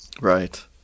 right